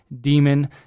demon